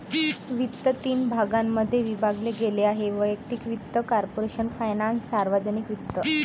वित्त तीन भागांमध्ये विभागले गेले आहेः वैयक्तिक वित्त, कॉर्पोरेशन फायनान्स, सार्वजनिक वित्त